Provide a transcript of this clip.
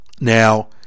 Now